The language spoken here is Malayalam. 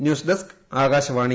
news desk Akashvani